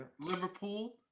Liverpool